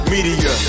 media